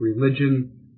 religion